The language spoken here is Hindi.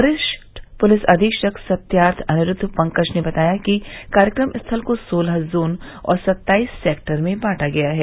वरिष्ठ पुलिस अधीक्षक सत्यार्थ अनरुद्व पंकज ने बताया कि कार्यक्रम स्थल को सोलह जोन और सत्ताईस सेक्टर में बांटा गया है